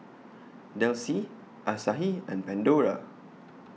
Delsey Asahi and Pandora